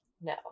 No